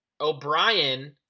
O'Brien